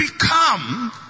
become